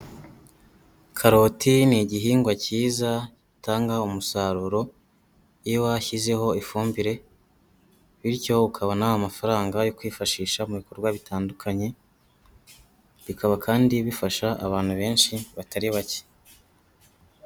Karoti ni igihingwa cyiza gitanga umusaruro, iyo washyizeho ifumbire bityo ukabona amafaranga yo kwifashisha mu bikorwa bitandukanye, bikaba kandi bifasha abantu benshi batari bake.